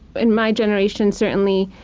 in my generation certainly,